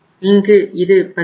இங்கு இது17